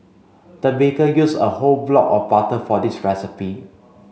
the baker used a whole block of butter for this recipe